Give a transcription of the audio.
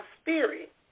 spirit